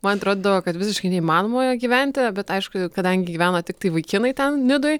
man atrodo kad visiškai neįmanoma gyventi bet aišku kadangi gyveno tiktai vaikinai ten nidoj